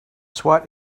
swat